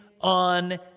on